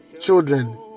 children